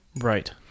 Right